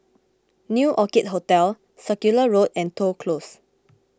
New Orchid Hotel Circular Road and Toh Close